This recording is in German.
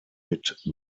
mit